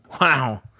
wow